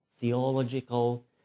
theological